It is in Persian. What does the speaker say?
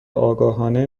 آگاهانه